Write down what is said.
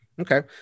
Okay